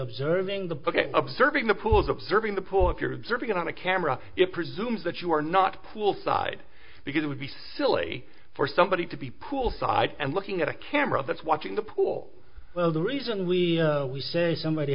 observing the observing the pools observing the poor if you're observing it on a camera it presumes that you are not poolside because it would be silly for somebody to be poolside and looking at a camera that's watching the pool well the reason we say somebody